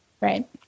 right